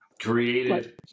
created